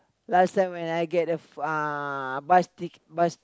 last time when I get a uh bus tic~ bus